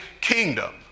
kingdom